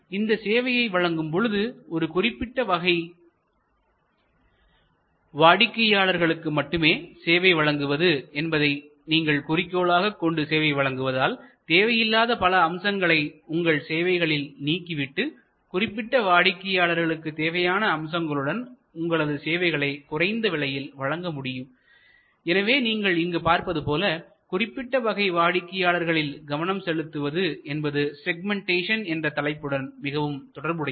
இந்த சேவையை வழங்கும் பொழுது ஒரு குறிப்பிட்ட வகை வாடிக்கையாளர்களுக்கு மட்டுமே சேவை வழங்குவது என்பதை நீங்கள் குறிக்கோளாகக் கொண்டு சேவையை வழங்குவதால் தேவையில்லாத பல அம்சங்களை உங்கள் சேவைகளில் நீக்கிவிட்டு குறிப்பிட்ட வாடிக்கையாளர்களுக்கு தேவையான அம்சங்களுடன் உங்களது சேவைகளை குறைந்த விலையில் வழங்க முடியும் எனவே நீங்கள் இங்கு பார்ப்பது போல குறிப்பிட்ட வகை வாடிக்கையாளர்களில் கவனம் செலுத்துவது என்பது செக்மெண்டேஷன் என்ற தலைப்புடன் மிகவும் தொடர்புடையது